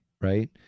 Right